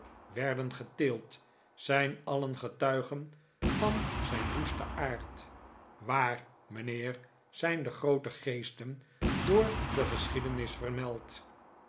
werden geteeld zijn alien getuigen van zijn woesten aard waar mijnheer zijn de groote geesten r door de geschiedenis vefmeld